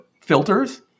filters